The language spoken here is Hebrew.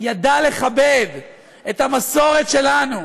ידע לכבד את המסורת שלנו,